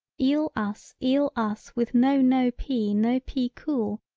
eel us eel us with no no pea no pea cool,